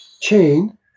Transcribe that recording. chain